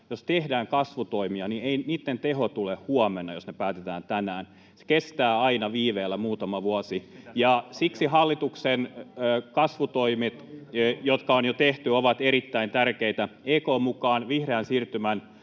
jos tehdään kasvutoimia, niin ei niitten teho tule huomenna, jos ne päätetään tänään. Se kestää aina viiveellä muutaman vuoden, ja siksi hallituksen kasvutoimet, jotka on jo tehty, ovat erittäin tärkeitä. [Vasemmalta: